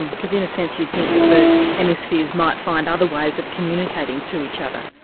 and because in a sense you'd think that the hemispheres might find other ways of communicating to each other.